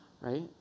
Right